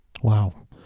Wow